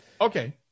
Okay